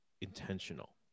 intentional